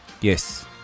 Yes